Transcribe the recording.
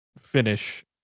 finish